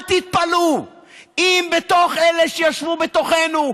אל תתפלאו אם בתוך אלה שישבו בתוכנו,